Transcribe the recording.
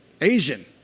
Asian